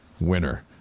winner